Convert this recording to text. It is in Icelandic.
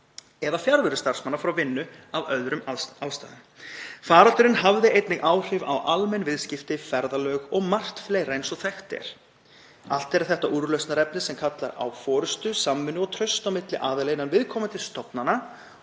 eða fjarveru starfsmanna frá vinnu af öðrum ástæðum. Faraldurinn hafði einnig áhrif á almenn viðskipti, ferðalög og margt fleira eins og þekkt er. Allt eru þetta úrlausnarefni sem kalla á forystu, samvinnu og traust á milli aðila innan viðkomandi stofnana